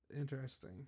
Interesting